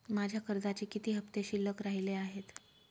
माझ्या कर्जाचे किती हफ्ते शिल्लक राहिले आहेत?